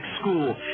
school